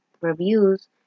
reviews